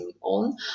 on